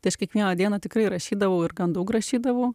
tai aš kiekvieną dieną tikrai rašydavau ir gan daug rašydavau